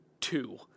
two